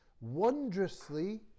wondrously